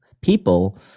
people